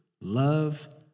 love